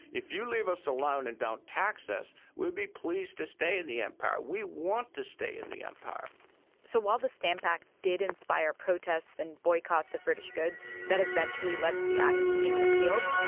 if you leave us alone and don't tax us, we'll be pleased to stay in the empire. we want to stay in the empire so while the stamp act did inspire protests and boycotts of british goods that eventually led to the act being repealed,